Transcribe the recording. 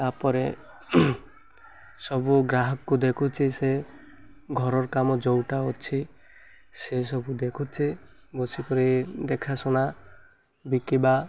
ତା'ପରେ ସବୁ ଗ୍ରାହକକୁ ଦେଖୁଛି ସେ ଘରର କାମ ଯେଉଁଟା ଅଛି ସେ ସବୁ ଦେଖୁଛି ବସିି କରି ଦେଖା ଶୁଣା ବିକିବା